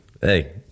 Hey